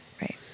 right